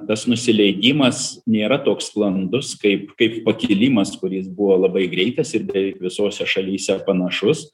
tas nusileidimas nėra toks sklandus kaip kaip pakilimas kuris buvo labai greitas ir beveik visose šalyse panašus